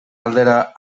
aldera